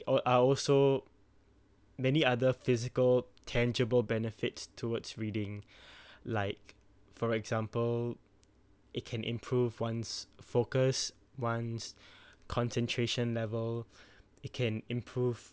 uh are also many other physical tangible benefits towards reading like for example it can improve ones focus ones concentration level it can improve